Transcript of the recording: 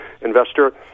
investor